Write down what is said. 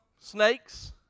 snakes